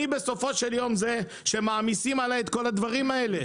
אני בסופו של יום הוא זה שמעמיסים עליו את כל הדברים האלה.